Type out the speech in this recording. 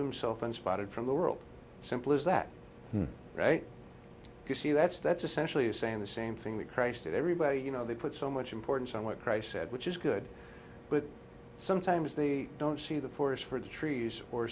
himself unspotted from the world simple is that right you see that's that's essentially saying the same thing that christ did everybody you know they put so much importance on what christ said which is good but sometimes they don't see the forest for the trees or